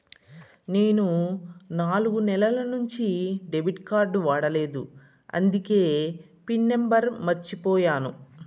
నేను నాలుగు నెలల నుంచి డెబిట్ కార్డ్ వాడలేదు అందికే పిన్ నెంబర్ మర్చిపోయాను